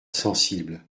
sensible